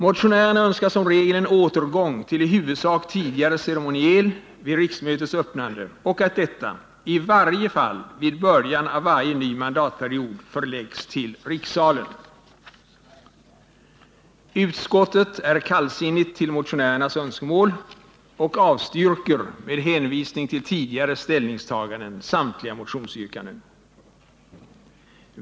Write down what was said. Motionärerna önskar som regel en återgång till i huvudsak tidigare ceremoniel vid riksmötets öppnande och att, i varje fall vid början av varje ny mandatperiod, riksmötets öppnande förläggs till rikssalen. Utskottet är kallsinnigt till motionärernas önskemål och avstyrker med hänvisning till tidigare ställningstaganden samtliga motionsyrkanden.